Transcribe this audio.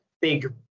big